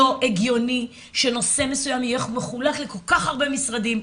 לא הגיוני שנושא מסוים יהיה מחולק לכל כל הרבה משרדים,